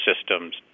systems